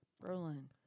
Berlin